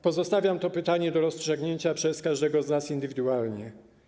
Pozostawiam to pytanie do rozstrzygnięcia przez każdego z nas indywidualnie.